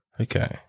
Okay